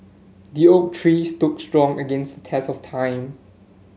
the oak tree stood strong against test of time